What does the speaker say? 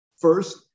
first